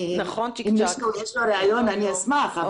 אם למישהו יש רעיון אני אשמח,